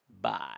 Bye